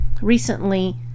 Recently